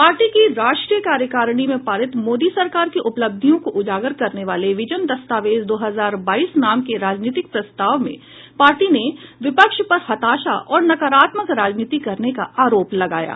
party की राष्ट्रीय कार्यकारिणी में पारित मोदी सरकार की उपलब्धियों को उजागर करने वाले विजन दस्तावेज दो हजार बाईस नाम के राजनीतिक प्रस्ताव में पार्टी ने विपक्ष पर हताशा और नकारात्मक राजनीति करने का आरोप लगाया गया